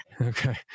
Okay